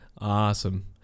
awesome